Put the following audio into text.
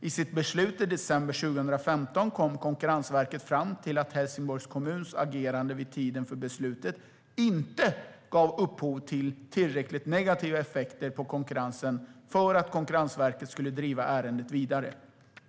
I sitt beslut från december 2015 kom Konkurrensverket fram till att Helsingborgs kommuns agerande vid tiden för beslutet inte gav upphov till tillräckligt negativa effekter på konkurrensen för att Konkurrensverket skulle driva ärendet vidare.